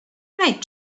wait